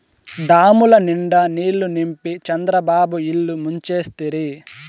డాముల నిండా నీళ్ళు నింపి చంద్రబాబు ఇల్లు ముంచేస్తిరి